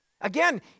Again